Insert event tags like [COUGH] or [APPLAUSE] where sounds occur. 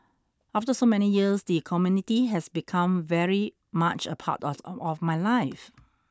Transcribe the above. after so many years the community has become very much a part of [NOISE] my life